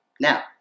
Now